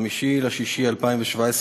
5 ביוני 2017,